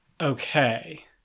okay